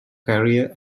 career